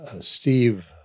Steve